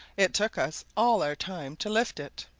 it took us all our time to lift it.